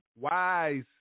Wise